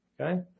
Okay